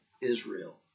Israel